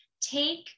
take